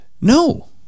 No